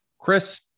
Chris